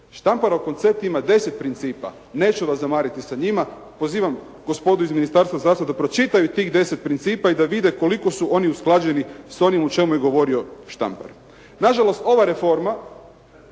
Štamparov koncept ima 10 principa. Neću vas zamarati sa njima. Pozivam gospodu iz Ministarstva zdravstva da pročitaju tih 10 principa i da vide koliko su oni usklađeni s onim o čemu je govorio Štampar. Na žalost, ova reforma